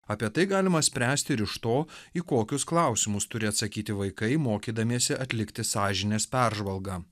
apie tai galima spręsti ir iš to į kokius klausimus turi atsakyti vaikai mokydamiesi atlikti sąžinės peržvalgą